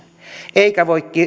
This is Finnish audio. eikä voi